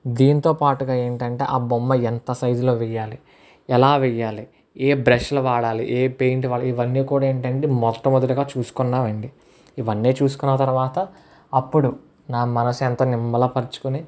దీనితో పాటుగా ఏంటంటే ఆ బొమ్మ ఎంత సైజ్ లో వేయాలి ఎలా వేయాలి ఏ బ్రష్లు వాడాలి ఏ పెయింట్లు వాడాలి ఇవన్నీ కూడా ఏంటంటే మొట్ట మొదటగా చూసుకున్నవి అండి ఇవన్నీ చూసుకున్న తర్వాత అప్పుడు నా మనసు ఎంతో నిమ్మల పరచుకొని